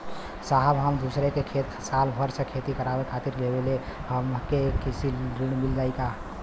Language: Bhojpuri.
साहब हम दूसरे क खेत साल भर खेती करावे खातिर लेहले हई हमके कृषि ऋण मिल जाई का?